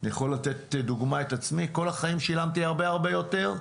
אני יכול לתת כדוגמה את עצמי כל החיים שילמתי הרבה הרבה יותר,